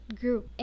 group